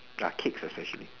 like cakes especially